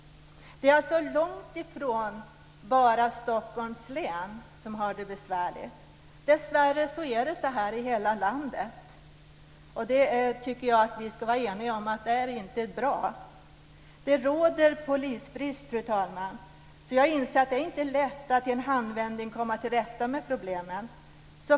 Det är alltså långt ifrån bara Stockholms län som har det besvärligt. Dessvärre är det så här i hela landet. Jag tycker att vi ska vara eniga om att det inte är bra. Det råder polisbrist, fru talman, så jag inser att det inte är lätt att i en handvändning komma till rätta med problemen.